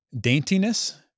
Daintiness